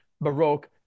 Baroque